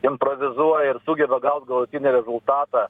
improvizuoja ir sugeba gaut galutinį rezultatą